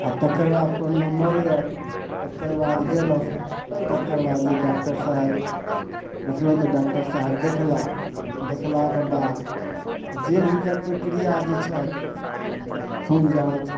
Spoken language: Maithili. आ तकर बाद अपन नम्बर आयल तकर बाद गेलहुॅं तकर बाद जे डाक्टर साहेब बैठलहुॅं तऽ डाक्टर साहेब देखला देखलाक बाद आब जे हुनकर प्रक्रिया जे छै खून जाँच